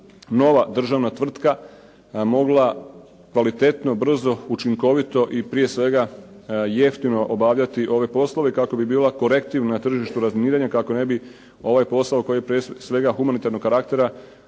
nova državna tvrtka kvalitetno, brzo, učinkovito i prije svega jeftino obavljala ove poslove, kako bi bila korektivna na tržištu razminiranja, kako ne bi ovaj posao koji je prije svega humanitarnog karaktera